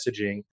messaging